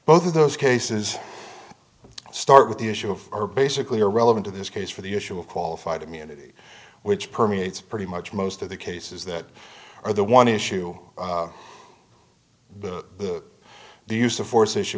both of those cases start with the issue of are basically irrelevant in this case for the issue of qualified immunity which permeates pretty much most of the cases that are the one issue the the use of force issue